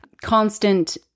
constant